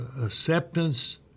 acceptance